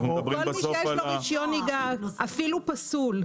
אפילו פסול.